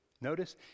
notice